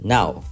Now